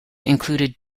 included